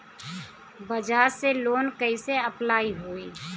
बजाज से लोन कईसे अप्लाई होई?